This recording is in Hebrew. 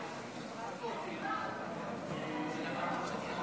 עד שלוש